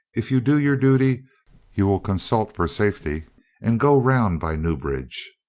if you do your duty you will consult for safety and go round by newbridge.